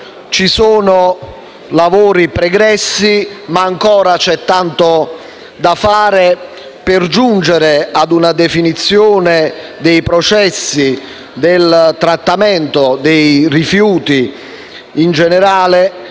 ci sono lavori pregressi, ma c'è ancora tanto da fare per giungere a una definizione dei processi del trattamento dei rifiuti in generale